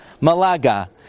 Malaga